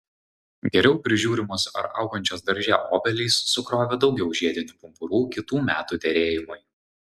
geriau prižiūrimos ar augančios darže obelys sukrovė daugiau žiedinių pumpurų kitų metų derėjimui